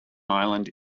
ireland